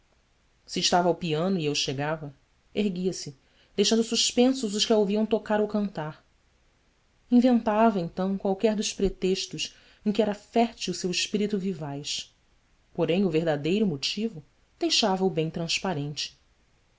se estava ao piano e eu chegava erguia-se deixando suspensos os que a ouviam tocar ou cantar inventava então qualquer dos pretextos em que era fértil seu espírito vivaz porém o verdadeiro motivo deixava o bem transparente